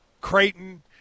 Creighton